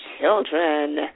children